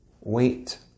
Wait